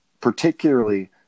particularly